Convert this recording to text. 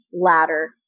ladder